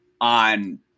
on